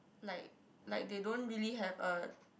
like like they don't really have a